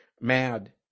Mad